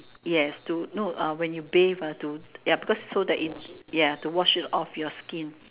yes to no uh when you bathe ah to ya because it so that it wash it off your skin